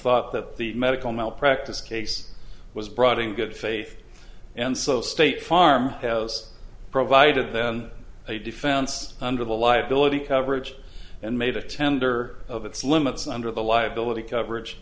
thought that the medical malpractise case was brought in good faith and so state farm has provided then a defense under the liability coverage and made a tender of its limits under the liability coverage